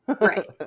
Right